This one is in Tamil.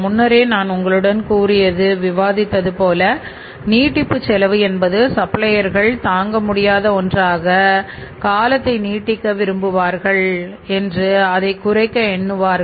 முன்னரே நான் உங்களுடன் கூறியது விவாதித்தது போல நீட்டிப்பு செலவு என்பது சப்ளையர்கள் தாங்க முடியாத ஒன்றாக காலத்தை நீட்டிக்க விரும்புவார்கள் என்று அதை குறைக்க எண்ணுவார்